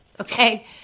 okay